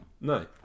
no